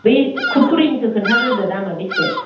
बे खुरखुरिनिखौ खोन्थाग्रोदो दामा बेसे